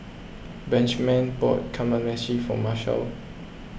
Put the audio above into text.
Benjman bought Kamameshi for Marshal